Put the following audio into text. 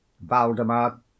Valdemar